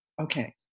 Okay